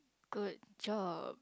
good job